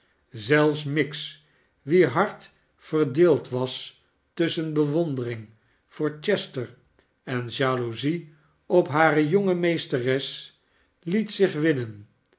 zelfs miggs wier hart verdeeld was tusschen bewondering voor chester en jaloezie op hare jonge meesteres liet zich winnen